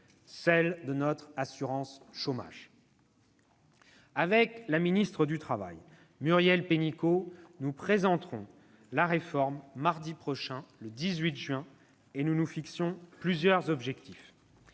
celle de notre assurance chômage. « Avec la ministre du travail, Muriel Pénicaud, nous présenterons la réforme mardi prochain, le 18 juin. Nous nous fixons plusieurs objectifs.